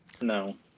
No